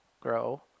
grow